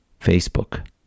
Facebook